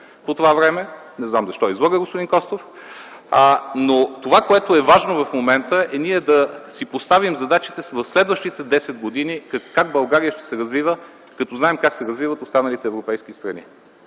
по това време. Не знам защо излъга господин Костов? Това, което е важно в момента – ние да си поставим задачите за следващите десет години – как България ще се развива, като знаем как се развиват останалите европейски страни.